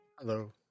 Hello